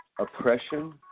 oppression